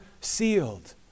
sealed